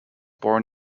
born